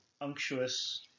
unctuous